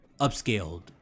upscaled